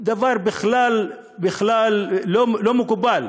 דבר בכלל-בכלל לא מקובל.